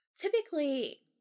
typically